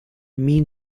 mean